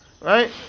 right